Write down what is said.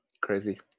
crazy